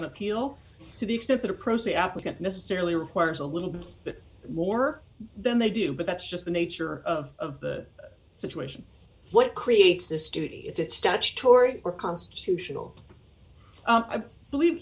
on appeal to the extent that across the applicant necessarily requires a little bit more than they do but that's just the nature of the situation what creates this duty it's statutory or constitutional i believe